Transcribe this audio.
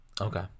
okay